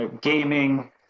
gaming